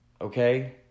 okay